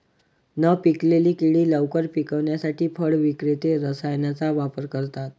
न पिकलेली केळी लवकर पिकवण्यासाठी फळ विक्रेते रसायनांचा वापर करतात